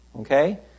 Okay